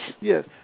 Yes